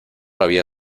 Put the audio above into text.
había